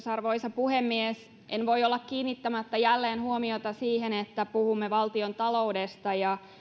arvoisa puhemies en voi olla kiinnittämättä jälleen huomiota siihen että puhumme valtiontaloudesta ja